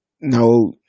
No